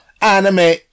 Anime